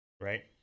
Right